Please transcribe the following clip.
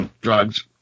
drugs